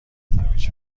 هویج